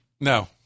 No